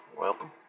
welcome